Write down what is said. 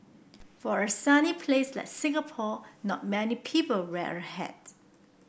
for a sunny place like Singapore not many people wear a hat